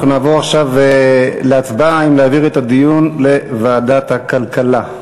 אנחנו נעבור עכשיו להצבעה אם להעביר את הדיון לוועדת הכלכלה.